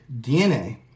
DNA